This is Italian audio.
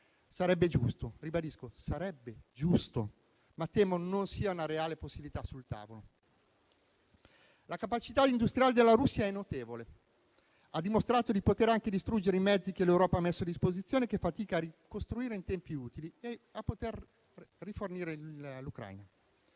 - lo ripeto - ma temo non sia una reale possibilità sul tavolo. La capacità industriale della Russia è notevole, ha dimostrato di poter anche distruggere i mezzi che l'Europa ha messo a disposizione, che fatica a ricostruire in tempi utili e a poter rifornire l'Ucraina.